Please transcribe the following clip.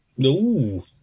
No